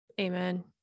Amen